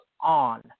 on